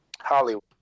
Hollywood